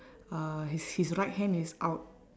uh his his right hand is out